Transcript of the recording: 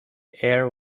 air